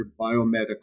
biomedical